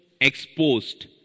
exposed